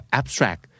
abstract